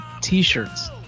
t-shirts